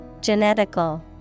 Genetical